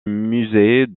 musée